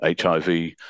HIV